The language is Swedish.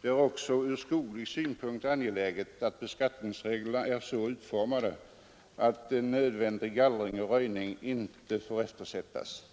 Det är även ur skoglig synpunkt angeläget att beskattningsreglerna är så utformade, att en nödvändig gallring och röjning inte eftersätts.